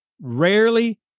rarely